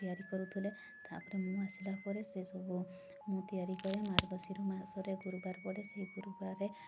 ତିଆରି କରୁଥିଲେ ତା'ପରେ ମୁଁ ଆସିଲା ପରେ ସେସବୁ ମୁଁ ତିଆରି କରେ ମାର୍ଗଶିର ମାସରେ ଗୁରୁବାର ପଡ଼େ ସେଇ ଗୁରୁବାରରେ